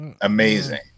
amazing